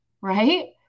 Right